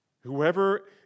Whoever